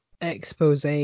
expose